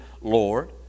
Lord